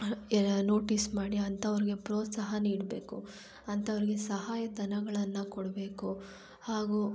notice ಮಾಡಿ ಅಂಥವ್ರಿಗೆ ಪ್ರೋತ್ಸಾಹ ನೀಡಬೇಕು ಅಂಥವ್ರಿಗೆ ಸಹಾಯ ಧನಗಳನ್ನು ಕೊಡಬೇಕು ಹಾಗೂ